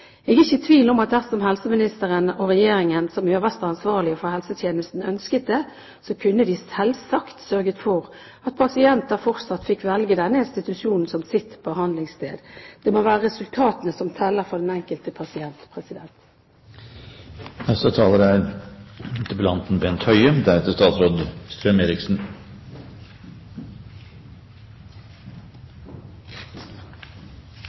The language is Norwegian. Jeg er ikke i tvil om at dersom helseministeren og Regjeringen, som øverste ansvarlig for helsetjenesten, ønsket det, kunne de selvsagt sørget for at pasienter fortsatt fikk velge denne institusjonen som sitt behandlingssted. Det må være resultatene som teller for den enkelte pasient.